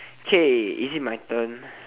okay is it my turn